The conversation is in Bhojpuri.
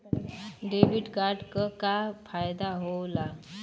डेबिट कार्ड क का फायदा हो ला?